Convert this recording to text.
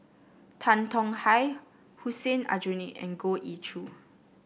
Tan Tong Hye Hussein Aljunied and Goh Ee Choo